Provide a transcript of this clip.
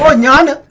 but none